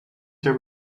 they